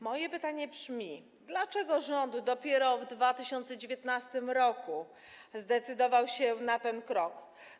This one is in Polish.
Moje pytanie brzmi: Dlaczego rząd dopiero w 2019 r. zdecydował się na ten krok?